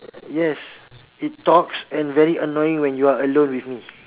yes it talks and very annoying when you are alone with me